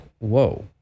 whoa